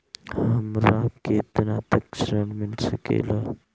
हमरा केतना तक ऋण मिल सके ला?